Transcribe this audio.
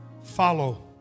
follow